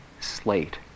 slate